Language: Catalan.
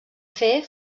fer